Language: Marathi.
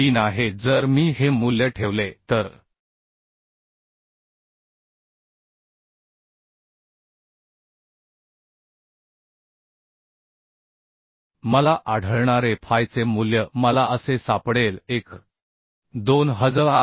03 आहे जर मी हे मूल्य ठेवले तर मला आढळणारे फायचे मूल्य मला असे सापडेल 1